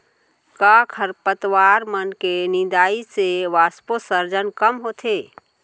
का खरपतवार मन के निंदाई से वाष्पोत्सर्जन कम होथे?